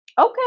okay